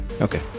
Okay